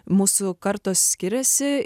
mūsų kartos skiriasi